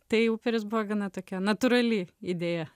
tai uperis buvo gana tokia natūrali idėja